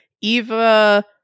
Eva